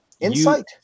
insight